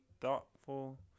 thoughtful